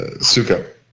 Suka